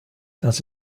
das